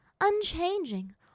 unchanging